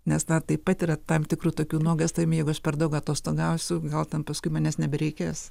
nes na taip pat yra tam tikrų tokių nuogąstavimų jeigu aš per daug atostogausiu gal ten paskui manęs nebereikės